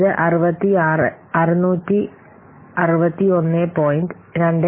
ഇത് 661